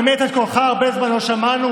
באמת, את קולך הרבה זמן לא שמענו.